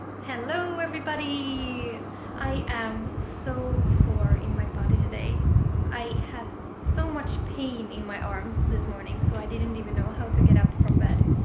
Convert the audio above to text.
hello everybody i am so sore in my body today i had so much pain in my arms this morning so i didn't even know how to get up from bed.